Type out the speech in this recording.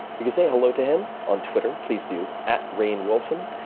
you can say hello to him on twitter please do at rainnwilson,